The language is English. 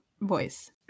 voice